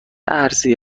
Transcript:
ارزی